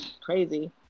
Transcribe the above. crazy